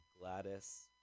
Gladys